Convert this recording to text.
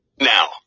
Now